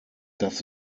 das